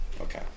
Okay